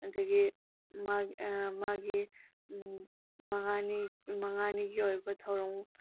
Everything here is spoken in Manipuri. ꯑꯗꯒꯤ ꯃꯥꯒꯤ ꯃꯥꯒꯤ ꯃꯉꯥꯅꯤ ꯃꯉꯥꯅꯤꯒꯤ ꯑꯣꯏꯕ ꯊꯧꯔꯝ